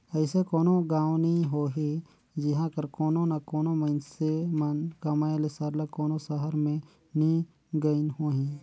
अइसे कोनो गाँव नी होही जिहां कर कोनो ना कोनो मइनसे मन कमाए ले सरलग कोनो सहर में नी गइन होहीं